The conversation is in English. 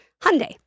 Hyundai